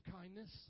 kindness